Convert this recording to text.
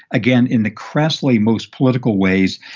again, in the crassly most political ways,